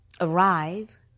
arrive